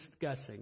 discussing